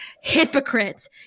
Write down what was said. hypocrites